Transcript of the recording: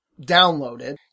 downloaded